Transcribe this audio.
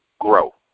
Grow